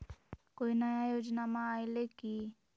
कोइ नया योजनामा आइले की?